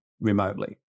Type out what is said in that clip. remotely